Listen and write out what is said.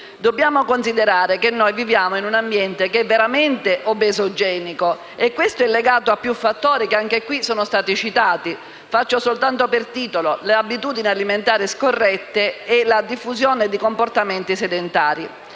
Dobbiamo considerare che noi viviamo in un ambiente che è veramente obesogenico e questo fenomeno è legato a più fattori citati anche in questa sede. Li ricordo solo per titoli: le abitudini alimentari scorrette e la diffusione di comportamenti sedentari.